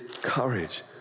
courage